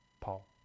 Paul